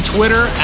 Twitter